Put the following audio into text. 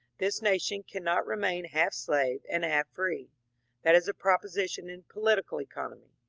this nation cannot remain half slave and half free that is a proposition in political economy.